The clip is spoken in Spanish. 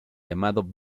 llamado